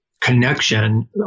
connection